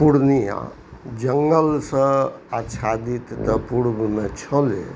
पूर्णियाँ जङ्गलसँ आच्छादित तऽ पूर्वमे छलै